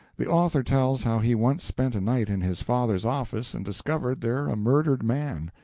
the author tells how he once spent a night in his father's office and discovered there a murdered man.